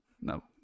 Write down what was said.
No